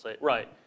Right